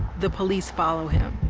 the police follow him.